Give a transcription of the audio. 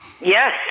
Yes